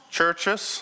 churches